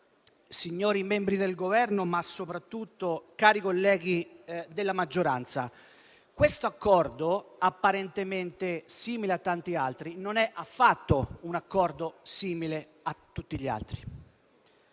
signori membri del Governo, ma - soprattutto - cari colleghi della maggioranza, questo accordo apparentemente simile a tanti altri non è affatto simile a tutti gli altri.